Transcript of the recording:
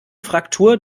fraktur